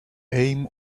aim